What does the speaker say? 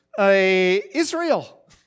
Israel